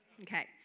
Okay